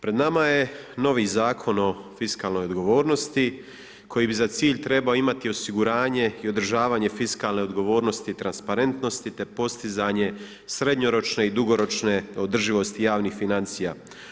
Pred nama je novi Zakon o fiskalnoj odgovornosti koji bi za cilj trebao imati osiguranje i održavanje fiskalne odgovornosti i transparentnosti te postizanje srednjoročne i dugoročne održivosti javnih financija.